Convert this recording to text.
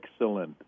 Excellent